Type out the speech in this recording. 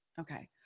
Okay